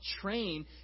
train